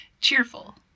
cheerful